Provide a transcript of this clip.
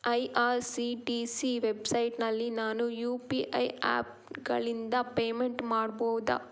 I R C T C ವೆಬ್ಸೈಟ್ನಲ್ಲಿ ನಾನು U P I ಆ್ಯಪ್ಗಳಿಂದ ಪೇಮೆಂಟ್ ಮಾಡಬೋದಾ